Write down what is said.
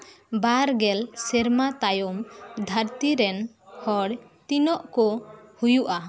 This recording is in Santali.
ᱵᱟᱨᱜᱮᱞ ᱥᱮᱨᱢᱟ ᱛᱟᱭᱚᱢ ᱫᱷᱟᱹᱨᱛᱤ ᱨᱮᱱ ᱦᱚᱲ ᱛᱤᱱᱟᱹᱜ ᱠᱚ ᱦᱳᱭᱳᱜᱼᱟ